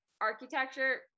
architecture